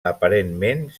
aparentment